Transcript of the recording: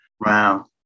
Wow